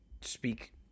speak